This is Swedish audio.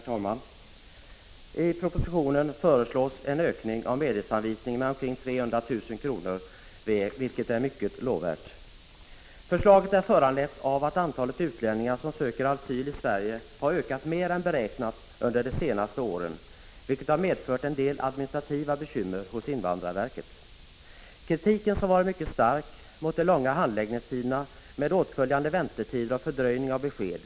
Herr talman! I propositionen föreslås en ökning av medelsanvisningen med 350 milj.kr., vilket är mycket lovvärt. Förslaget är föranlett av att antalet utlänningar som söker asyl i Sverige har ökat mer än beräknat under de senaste åren, vilket har medfört en del administrativa bekymmer för invandrarverket. Kritiken har varit mycket stark mot de långa handläggningstiderna med åtföljande väntetider och fördröjning av besked.